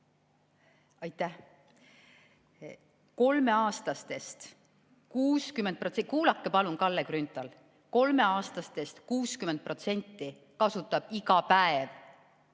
Grünthal! Kolmeaastastest 60% kasutab iga päev